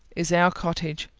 is our cottage.